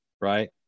right